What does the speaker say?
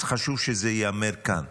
אז חשוב שזה ייאמר כאן,